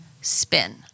spin